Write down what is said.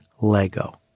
Lego